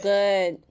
Good